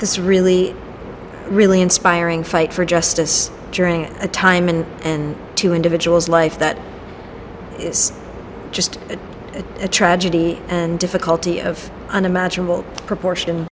this really really inspiring fight for justice during a time and and to individuals life that is just a tragedy and difficulty of unimaginable proportion